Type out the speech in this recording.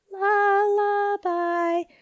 lullaby